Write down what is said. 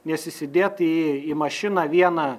nes įsidėt į į mašiną vieną